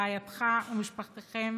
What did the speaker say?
ברעייתך ובמשפחתכם